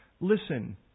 Listen